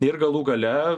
ir galų gale